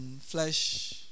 Flesh